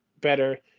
better